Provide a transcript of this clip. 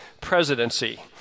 presidency